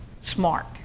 smart